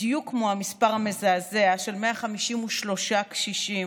בדיוק כמו המספר המזעזע של 153 קשישים,